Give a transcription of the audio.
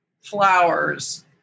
flowers